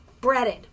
Breaded